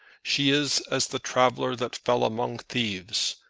she is as the traveller that fell among thieves.